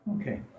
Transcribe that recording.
Okay